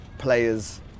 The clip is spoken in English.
players